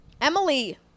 Emily